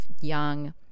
young